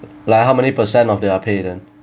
like how many percent of their pay then